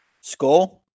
Score